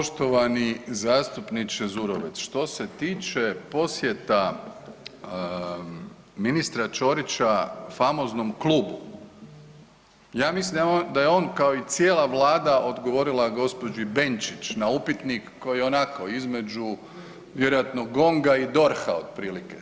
Poštovani zastupniče Zurovec, što se tiče posjeta ministra Ćorića famoznom klubu ja mislim da je on kao i cijela Vlada odgovorila gospođi Benčić na upitnik koji je onako između vjerojatno Gonga i DORH-a otprilike.